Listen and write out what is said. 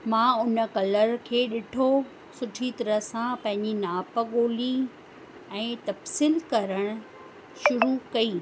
मां उन कलर खे ॾिठो सुठी तरह सां पंहिंजी नाप ॻोल्ही ऐं तफ़सील करण शुरू कई